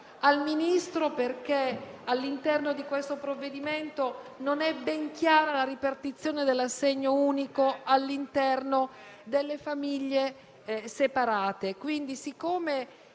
al Ministro perché nel provvedimento in esame non è ben chiara la ripartizione dell'assegno unico all'interno delle famiglie separate.